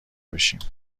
بشیم